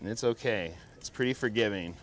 and it's ok it's pretty forgiving